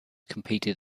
competed